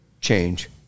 change